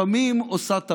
לפעמים עושה טעויות,